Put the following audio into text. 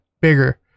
bigger